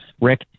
Rick